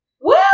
Woo